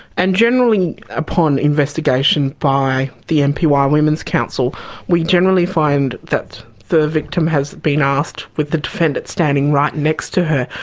and generally upon investigation by the npy ah women's council we generally find that the victim has been asked with the defendant standing right next to her,